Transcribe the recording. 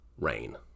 rain